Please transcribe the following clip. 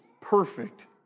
perfect